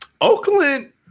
Oakland